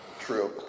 true